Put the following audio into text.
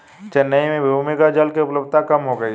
चेन्नई में भी भूमिगत जल की उपलब्धता कम हो गई है